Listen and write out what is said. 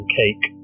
cake